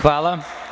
Hvala.